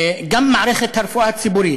גם מערכת הרפואה הציבורית.